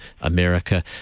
America